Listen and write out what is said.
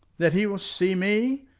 that he will see me?